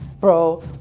bro